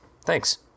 Thanks